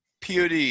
POD